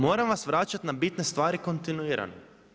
Moram vas vraćati na bitne stvari kontinuirano.